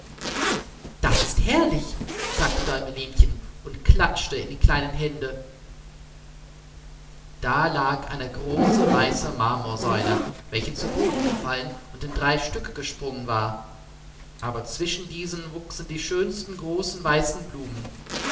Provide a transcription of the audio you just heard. das ist herrlich sagte däumelinchen und klatschte in die kleinen hände da lag eine große weiße marmorsäule welche zu boden gefallen und in drei stücke gesprungen war aber zwischen diesen wuchsen die schönsten großen weißen blumen